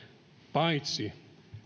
paitsi että